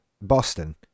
Boston